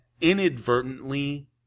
inadvertently